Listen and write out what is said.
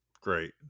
Great